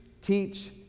teach